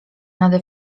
nade